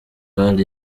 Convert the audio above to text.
gaal